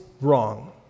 wrong